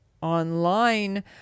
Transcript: online